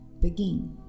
begin